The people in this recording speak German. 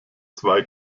zwei